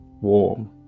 warm